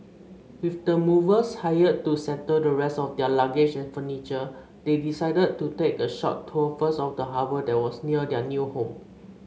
with the movers hired to settle the rest of their luggage and furniture they decided to take a short tour first of the harbour that was near their new home